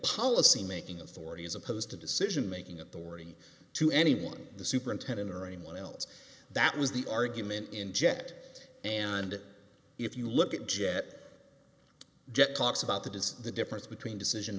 policy making authority as opposed to decision making authority to anyone the superintendent or anyone else that was the argument in jet and if you look at jet jet talks about that is the difference between decision